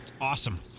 Awesome